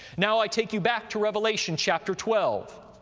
now i take you back to revelation, chapter twelve,